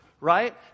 right